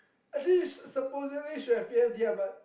actually supposedly should have P_F_D but